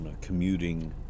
commuting